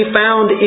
found